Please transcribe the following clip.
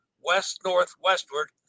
west-northwestward